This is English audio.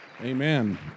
Amen